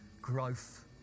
growth